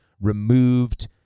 removed